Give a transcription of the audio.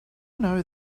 know